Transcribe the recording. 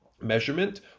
measurement